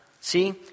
See